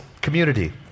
community